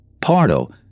Pardo